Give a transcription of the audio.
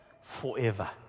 forever